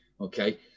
Okay